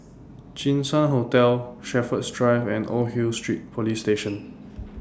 Jinshan Hotel Shepherds Drive and Old Hill Street Police Station